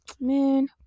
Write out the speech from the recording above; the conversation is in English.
man